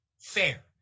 Fair